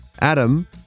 Adam